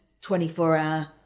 24-hour